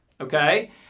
okay